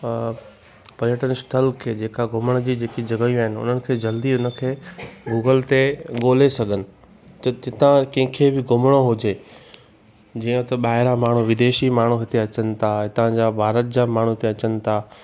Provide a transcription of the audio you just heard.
पर्यटन स्थलु खे जेका घुमण जी जेकी जॻहियूं आहिनि उन्हनि खे जल्दी उनखे गूगल ते ॻोल्हे सघनि त जिता कंहिंखे बि घुमणो हुजे जीअं त ॿाहिरां माण्हू विदेशी माण्हू हिते अचनि था हितां जा भारत जा माण्हू हिते अचनि था